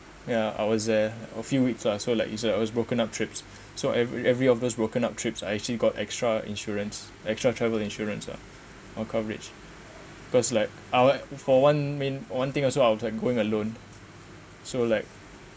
ya I was there a few weeks lah so like you said I was broken up trips so every every of those broken up trips I actually got extra insurance extra travel insurance ah or coverage because like our for one main one thing also I was like going alone so like